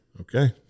Okay